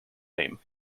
name